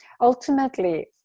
ultimately